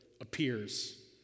appears